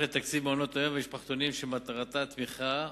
לתקציב מעונות-היום והמשפחתונים שמטרתה תמיכה